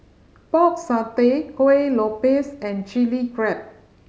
Pork Satay Kuih Lopes and Chili Crab